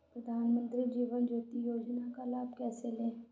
प्रधानमंत्री जीवन ज्योति योजना का लाभ कैसे लें?